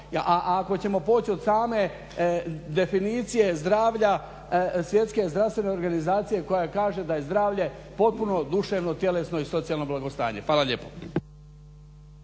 A ako ćemo poći od same definicije zdravlja svjetske zdravstvene organizacije koja kaže da je zdravlje potpuno duševno, tjelesno i socijalno blagostanje. Hvala lijepo.